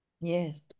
Yes